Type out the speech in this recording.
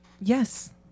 yes